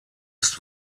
ist